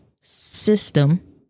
system